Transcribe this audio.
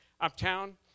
uptown